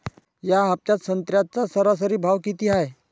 या हफ्त्यात संत्र्याचा सरासरी भाव किती हाये?